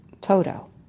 Toto